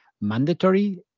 mandatory